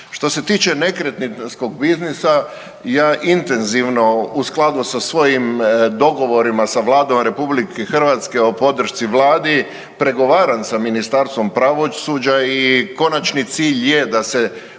Što se tiče nekretninskog biznisa ja intenzivno u skladu sa svojim dogovorima sa Vladom Republike Hrvatske o podršci Vladi pregovaram sa Ministarstvom pravosuđa i konačni cilj je da se